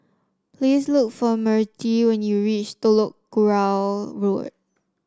please look for Mertie when you reach Telok Kurau Road